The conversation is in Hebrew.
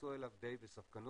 התייחסו אליו די בספקנות,